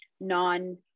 non